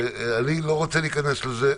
אני לא רוצה להיכנס לזה,